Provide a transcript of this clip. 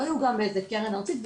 לא יעוגן באיזה קרן ארצית,